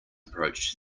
approach